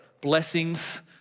Blessings